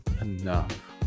enough